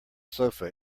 sofa